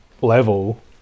level